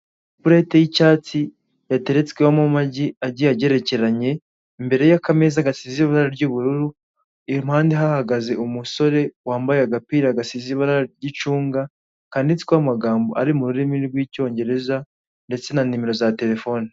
Ipurete y'icyatsi yateretswemo amagi agiye agerekeranye, imbere y'akameza gasize ibara ry'ubururu, impande hahagaze umusore wambaye agapira gazize ibara ry'icunga, kanditsweho amagambo ari mu rurimi rw'icyongereza, ndetse na nimero za terefone.